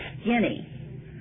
skinny